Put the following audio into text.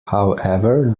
however